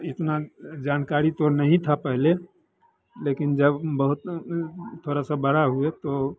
इतना जानकारी तो नहीं था पहले लेकिन जब बहुत थोड़ा सब बड़ा हुए तो